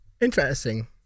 Interesting